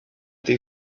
they